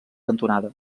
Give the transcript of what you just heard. cantonada